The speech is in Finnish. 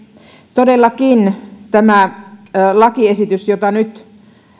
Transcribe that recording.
todellakin tämä lakiesitys jota nyt